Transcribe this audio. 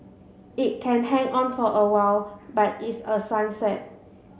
it can hang on for a while but it's a sunset